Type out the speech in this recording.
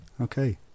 Okay